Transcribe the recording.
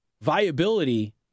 viability